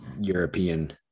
European